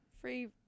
free